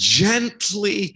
gently